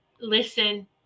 listen